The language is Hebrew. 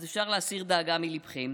אז אפשר להסיר דאגה מליבכם,